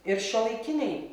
ir šiuolaikiniai